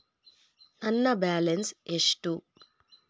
ನನ್ನ ಬ್ಯಾಲೆನ್ಸ್ ಎಷ್ಟು?